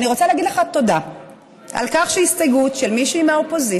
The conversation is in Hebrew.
אני רוצה להגיד לך תודה על כך שהסתייגות של מישהי מהאופוזיציה